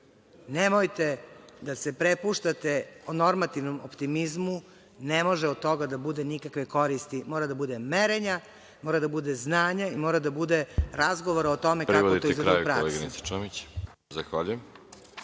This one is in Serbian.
Nemojte da se prepuštate normativnom optimizmu, ne može od toga da bude nikakve koristi. Mora da bude merenja, mora da bude znanja i mora da bude razgovora o tome kako to izgleda u praksi.